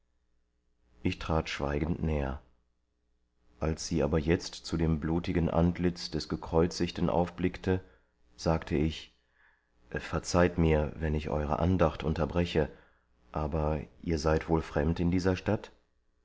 ich trat schweigend näher als sie aber jetzt zu dem blutigen antlitz des gekreuzigten aufblickte sagte ich verzeiht mir wenn ich eure andacht unterbreche aber ihr seid wohl fremd in dieser stadt